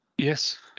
Yes